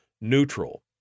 neutral